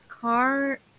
car